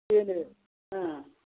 दोनो ओ